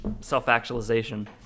self-actualization